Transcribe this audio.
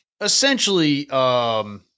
essentially –